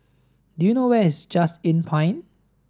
do you know where is Just Inn Pine